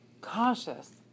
cautious